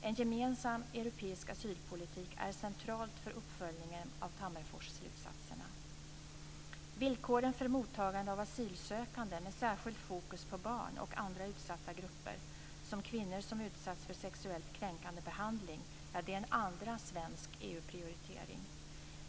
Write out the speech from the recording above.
En gemensam europeisk asylpolitik är central för uppföljningen av Tammerforsslutsatserna. Villkoren för mottagande av asylsökande med särskild fokus på barn och andra utsatta grupper, som kvinnor som utsatts för sexuellt kränkande behandling, är en andra svensk EU-prioritering.